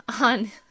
on